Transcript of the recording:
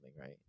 right